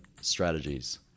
strategies